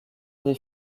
des